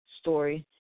story